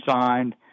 signed